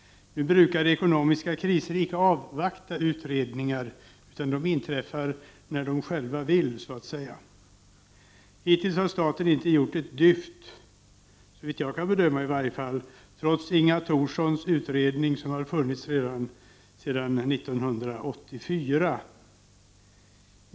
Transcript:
Men ekonomiska kriser brukar inte avvakta utredningar, utan de inträffar så att säga när de själva vill. Hittills har staten såvitt jag kan bedöma inte gjort ett dyft i detta sammanhang trots Inga Thorssons utredning, som har funnits sedan 1984.